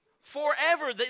Forever